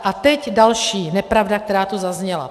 A teď další nepravda, která tu zazněla.